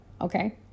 Okay